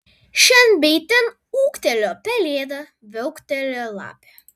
šen bei ten ūktelėjo pelėda viauktelėjo lapė